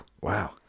wow